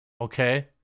okay